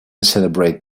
celebrate